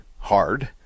hard